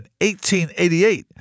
1888